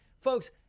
folks